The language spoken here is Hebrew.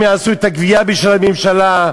הם יעשו את הגבייה בשביל הממשלה,